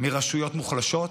מרשויות מוחלשות,